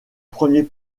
premier